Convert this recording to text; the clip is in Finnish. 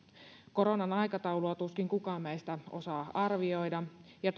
koronan aikataulua tuskin kukaan meistä osaa arvioida ja